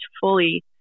fully